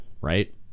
right